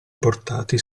portati